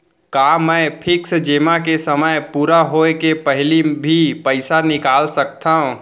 का मैं फिक्स जेमा के समय पूरा होय के पहिली भी पइसा निकाल सकथव?